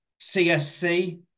CSC